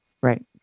Right